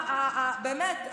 באמת,